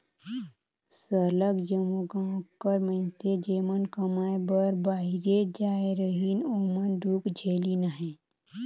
सरलग जम्मो गाँव कर मइनसे जेमन कमाए बर बाहिरे जाए रहिन ओमन दुख झेलिन अहें